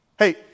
Hey